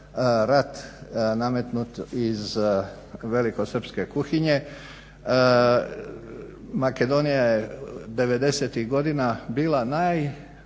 rat nametnut iz velikosrpske kuhinje, Makedonija je devedesetih godina bila najbliža